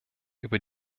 über